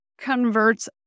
converts